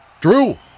Drew